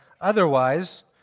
otherwise